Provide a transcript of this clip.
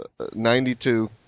92